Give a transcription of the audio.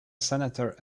senator